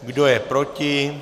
Kdo je proti?